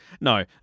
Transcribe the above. No